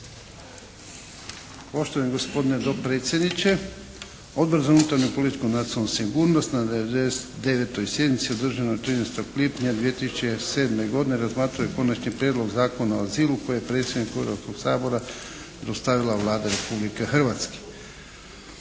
Poštovani gospodine dopredsjedniče. Odbor za unutarnju politiku i nacionalnu sigurnost na 99. sjednici održanoj 13. lipnja 2007. godine razmatrao je Konačni prijedlog Zakona o azilu koji je predsjedniku Hrvatskog sabora dostavila Vlada Republike Hrvatske.